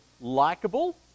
likable